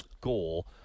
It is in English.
goal